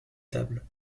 tables